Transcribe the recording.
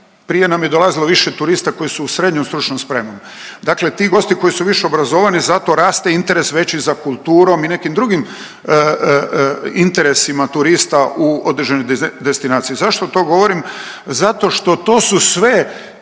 prije nam je dolazilo više turista koji su u SSS, dakle ti gosti koji su više obrazovani zato raste interes veći za kulturom i nekim drugim interesima turista u određenoj destinaciji. Zašto to govorim? Zato što to su sve